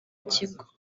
kigo